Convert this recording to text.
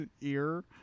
ear